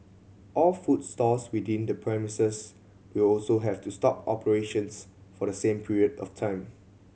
all food stalls within the premises will also have to stop operations for the same period of time